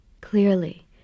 clearly